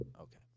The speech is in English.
okay